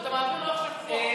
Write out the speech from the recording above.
אתה מעביר לו עכשיו חוק.